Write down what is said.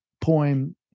poem